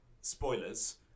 spoilers